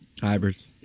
hybrids